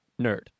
Nerd